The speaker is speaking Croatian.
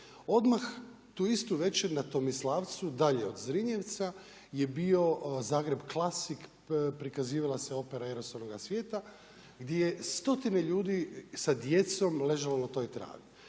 Odmah tu istu večer na Tomislavcu dalje od Zrinjevca je bio Zagreb clasic, prikazivala se Opera „Ero s onoga svijeta“ gdje je stotine ljudi sa djecom ležalo na toj travi.